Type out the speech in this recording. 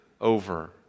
over